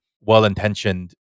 well-intentioned